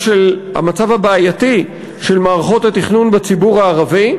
הבעייתי של מערכות התכנון בציבור הערבי.